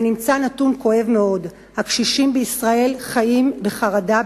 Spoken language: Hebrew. ונמצא נתון כואב מאוד: הקשישים בישראל חיים בחרדה,